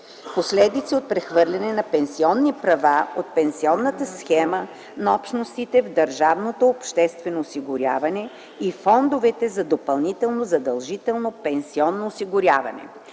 Последици от прехвърлянето на пенсионни права от пенсионната схема на Общностите в държавното обществено осигуряване и фондовете за допълнително задължително пенсионно осигуряване.